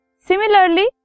similarly